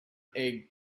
egg